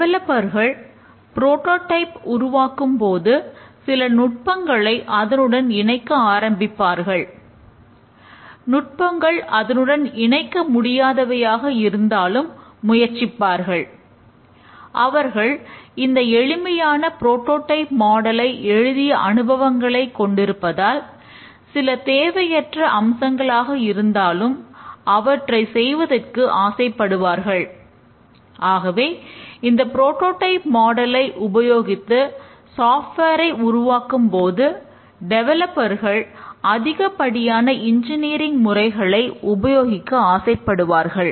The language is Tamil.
டெவலப்பர்கள் முறைகளை உபயோகிக்க ஆசைப்படுவார்கள்